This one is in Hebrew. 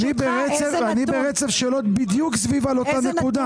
אני ברצף שאלות בדיוק באותה נקודה.